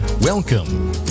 welcome